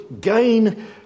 gain